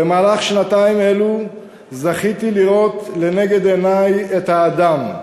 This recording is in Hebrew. במהלך שנתיים אלו זכיתי לראות לנגד עיני את האדם.